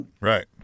Right